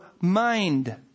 mind